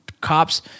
cops